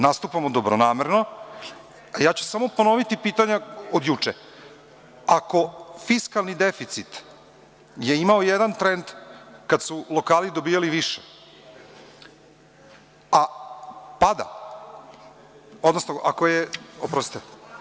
Nastupamo dobronamerno, a ja ću samo ponoviti pitanja od juče, ako fiskalni deficit je imao jedan trend kada su lokali dobijali više, a tada, oprostite.